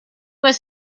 was